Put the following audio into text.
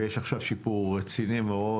ויש עכשיו שיפור רציני מאוד.